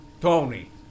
Tony